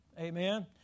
Amen